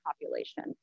population